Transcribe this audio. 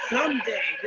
Someday